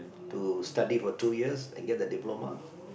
to study for two years and get the diploma